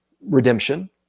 redemption